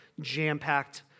jam-packed